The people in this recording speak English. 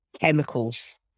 Chemicals